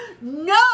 No